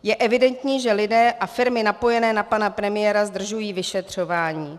Je evidentní, že lidé a firmy napojení na pana premiéra zdržují vyšetřování.